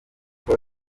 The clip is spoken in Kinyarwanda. kuko